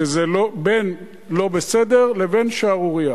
שזה בין "לא בסדר" לבין שערורייה.